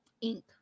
ink